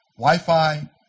Wi-Fi